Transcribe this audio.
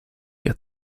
get